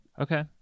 Okay